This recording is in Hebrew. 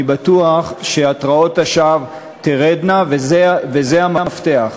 התרעות השווא תרדנה, וזה המפתח,